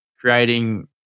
creating